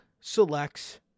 selects